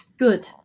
Good